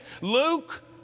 Luke